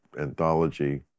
anthology